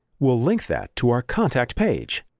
we'll link that to our contact page.